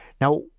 Now